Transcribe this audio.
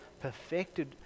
perfected